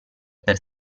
per